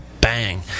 bang